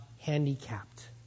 handicapped